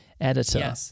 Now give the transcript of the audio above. editor